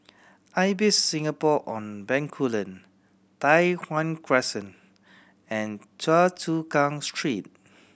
Ibis Singapore On Bencoolen Tai Hwan Crescent and Choa Chu Kang Street